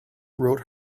wrote